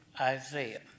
Isaiah